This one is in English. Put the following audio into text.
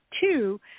two